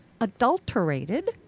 adulterated